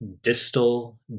distal